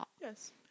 Yes